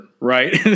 right